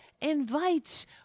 invites